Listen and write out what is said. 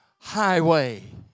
highway